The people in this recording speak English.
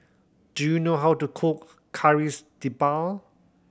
do you know how to cook Kari'S debal